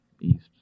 east